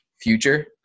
future